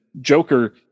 joker